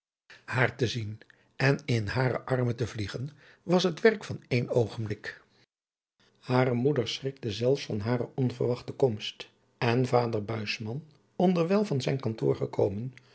haar te zien en in hare armen te vliegen was het werk van één oogenblik hare moeder schrikte zelfs van hare onverwachte komst en vader buisman onderwijl van zijn kantoor gekomen